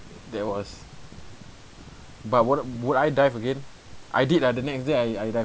there was but would would I dive again I did ah the next day I I dive